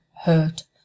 hurt